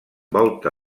volta